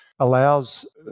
allows